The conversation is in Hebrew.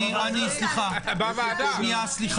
אני רוצה להשלים את